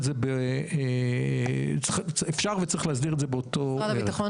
צריך עדיין לשקול.